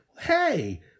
Hey